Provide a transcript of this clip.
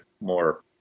more